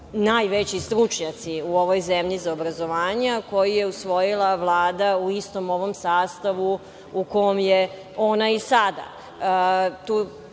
najveći stručnjaci u ovoj zemlji za obrazovanje, a koju je usvojila Vlada u istom ovom sastavu u kom je ona i sada.